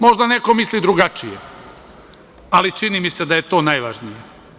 Možda neko misli drugačije, ali čini mi se da je to najvažnije.